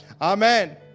amen